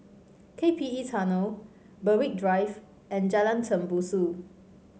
K P E Tunnel Berwick Drive and Jalan Tembusu